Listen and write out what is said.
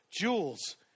jewels